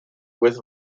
with